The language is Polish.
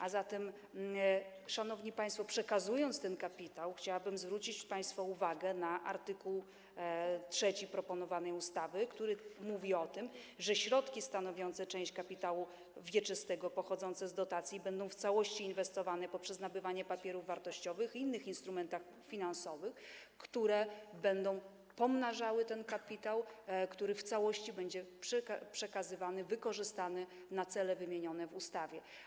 A zatem, szanowni państwo, przekazując ten kapitał, chciałabym zwrócić państwa uwagę na art. 3 proponowanej ustawy, który mówi o tym, że środki stanowiące część kapitału wieczystego, pochodzące z dotacji, będą w całości inwestowane poprzez nabywanie papierów wartościowych i innych instrumentów finansowych, które będą pomnażały ten kapitał, który w całości będzie wykorzystany na cele wymienione w ustawie.